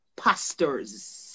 Pastors